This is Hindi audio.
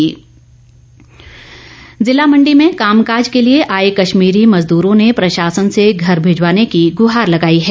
कश्मीरी मजदूर ज़िला मंडी में कामकाज के लिए आए कश्मीरी मजदूरों ने प्रशासन से घर भिजवाने की गुहार लगाई है